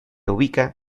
ubica